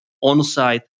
on-site